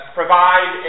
provide